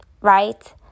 right